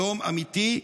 שלום אמיתי,